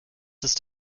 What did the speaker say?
ist